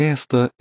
Esta